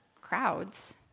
crowds